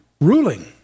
ruling